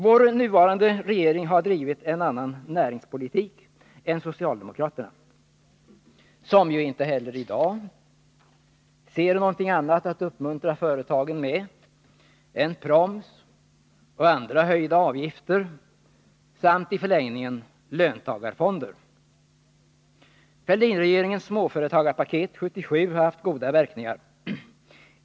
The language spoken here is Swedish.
Vår nuvarande regering har drivit en annan näringspolitik än socialdemokraterna — som ju inte heller i dag ser någonting annat att uppmuntra företagen med än proms och andra höjda avgifter samt — i förlängningen — löntagarfonder. Fälldinregeringens småföretagarpaket 1977 har haft goda verkningar.